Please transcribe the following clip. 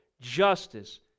justice